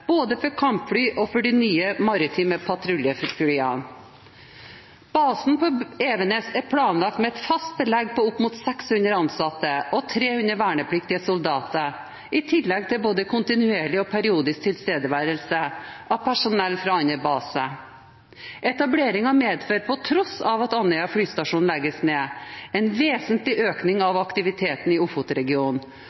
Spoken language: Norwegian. både for kampfly og for de nye maritime patruljeflyene. Basen på Evenes er planlagt med et fast belegg på opp mot 600 ansatte og 300 vernepliktige soldater, i tillegg til både kontinuerlig og periodisk tilstedeværelse av personell fra andre baser. Etableringen medfører, på tross av at Andøya flystasjon legges ned, en vesentlig økning